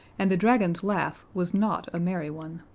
and the dragon's laugh was not a merry one.